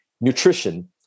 nutrition